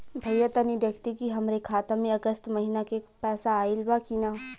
भईया तनि देखती की हमरे खाता मे अगस्त महीना में क पैसा आईल बा की ना?